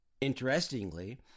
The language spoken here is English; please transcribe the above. Interestingly